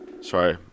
Sorry